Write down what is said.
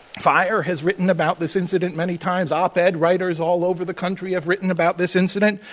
fire has written about this incident many times. op-ed and writers all over the country have written about this incident.